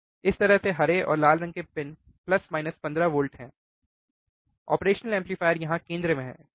इस तरह से हरे और लाल रंग के पिन प्लस माइनस 15 वोल्ट हैं ऑपरेशनल एम्पलीफायर यहाँ केंद्र में हैं ठीक है